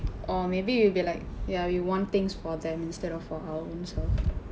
or maybe you will be like ya we want things for them instead of for our ownselves